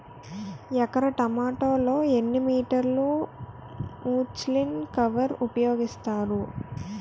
ఎకర టొమాటో లో ఎన్ని మీటర్ లో ముచ్లిన్ కవర్ ఉపయోగిస్తారు?